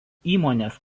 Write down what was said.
įmonės